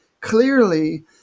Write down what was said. clearly